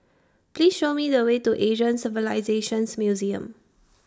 Please Show Me The Way to Asian Civilisations Museum